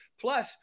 Plus